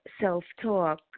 self-talk